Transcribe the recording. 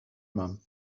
mum